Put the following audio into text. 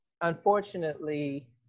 unfortunately